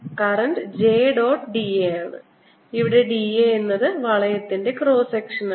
current J dot da ആണ് ഇവിടെ da എന്നത് വളയത്തിന്റെ ക്രോസ് സെക്ഷനാണ്